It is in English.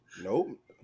nope